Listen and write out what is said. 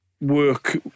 work